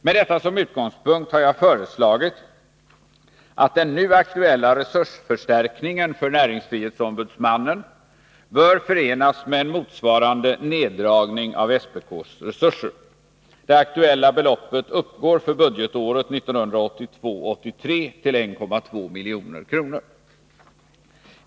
Med detta som utgångspunkt har jag föreslagit att den nu aktuella resursförstärkningen för näringsfrihetsombudsmannen bör förenas med en motsvarande neddragning av SPK:s resurser. Det aktuella beloppet uppgår för 1982/83 till 1,2 milj.kr.